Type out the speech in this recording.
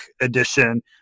edition